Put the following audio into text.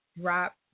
drop